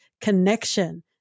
connection